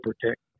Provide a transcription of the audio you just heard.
protect